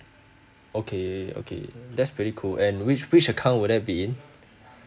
okay okay that's pretty cool and which which account will that be in